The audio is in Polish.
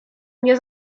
mnie